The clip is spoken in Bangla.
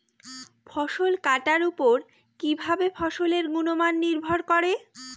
ফসল কাটার উপর কিভাবে ফসলের গুণমান নির্ভর করে?